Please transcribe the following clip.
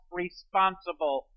responsible